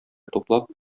туплап